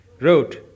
wrote